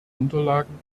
unterlagen